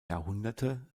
jahrhunderte